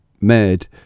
made